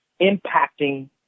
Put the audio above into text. impacting